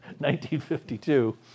1952